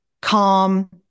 calm